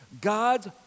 God's